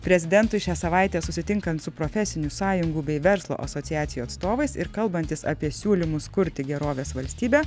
prezidentui šią savaitę susitinkant su profesinių sąjungų bei verslo asociacijų atstovais ir kalbantis apie siūlymus kurti gerovės valstybę